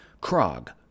Krog